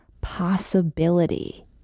possibility